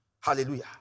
Hallelujah